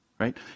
right